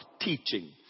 teaching